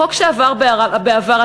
חוק שעבר בעבר,